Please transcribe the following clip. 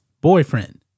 boyfriend